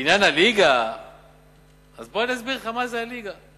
לעניין הליגה, אז בוא אני אסביר לך מה זה הליגה.